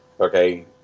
Okay